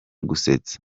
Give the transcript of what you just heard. gusetsa